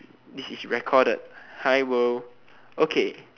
this is recorded hi world okay